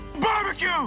Barbecue